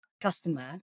customer